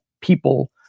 people